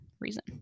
reason